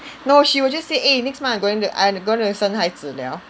no she will just say eh next month I going to I gonna 生孩子 liao